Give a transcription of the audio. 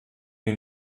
den